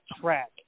track